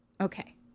Okay